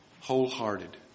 wholehearted